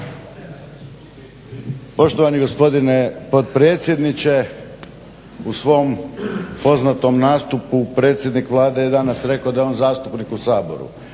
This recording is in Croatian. Poštovani gospodine potpredsjedniče u svom poznatom nastupu predsjednik Vlade je danas rekao da je on zastupnik u Saboru.